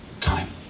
time